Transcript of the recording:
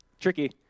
Tricky